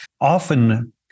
Often